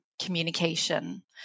communication